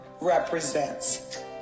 represents